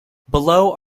below